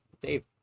Dave